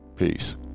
Peace